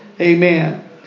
Amen